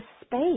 space